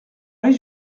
aller